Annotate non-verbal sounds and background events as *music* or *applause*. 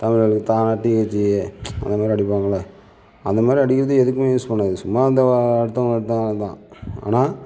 தமிழுக்கு தான் டிஹெச்சி அதை மாதிரி அடிப்பாங்கள அது மாதிரி அடிக்கிறதுக்கு எதுக்குமே யூஸ் பண்ணாது சும்மா அந்த *unintelligible* அதுதான் ஆனால்